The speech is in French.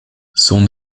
son